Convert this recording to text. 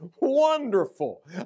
wonderful